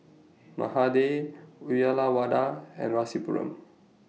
Mahade Uyyalawada and Rasipuram